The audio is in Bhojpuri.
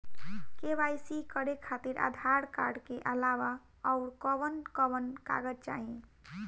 के.वाइ.सी करे खातिर आधार कार्ड के अलावा आउरकवन कवन कागज चाहीं?